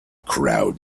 crowd